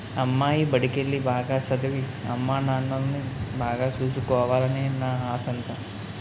అమ్మాయి బడికెల్లి, బాగా సదవి, అమ్మానాన్నల్ని బాగా సూసుకోవాలనే నా ఆశంతా